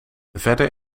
verder